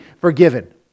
forgiven